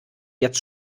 jetzt